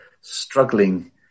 struggling